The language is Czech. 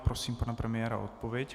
Prosím pana premiéra o odpověď.